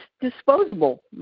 disposable